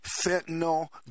fentanyl